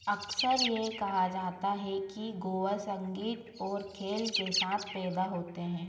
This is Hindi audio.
अक्सर यह कहा जाता है कि गोवा संगीत और खेल के साथ पैदा होते हैं